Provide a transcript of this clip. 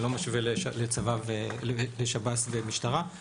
אני לא משווה לשב"ס ומשטרה,